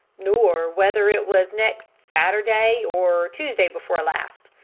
nor whether it was next saturday or tuesday before last.